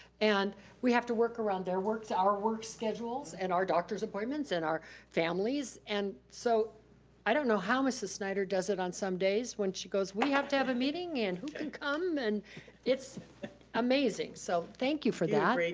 and we have to work around their work, our work schedules, and our doctors appointments and our families, and so i don't now how mrs. snyder does it on some days when she goes, we have to have a meeting, and who can come, and it's amazing. so thank you for that. you do a